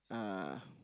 uh